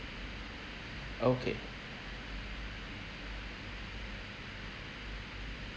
okay